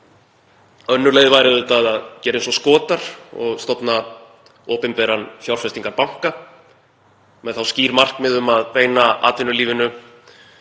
Önnur leið væri auðvitað að gera eins og Skotar og stofna opinberan fjárfestingarbanka með skýr markmið um að beina atvinnulífinu